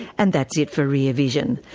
and that's it for rear vision.